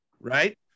Right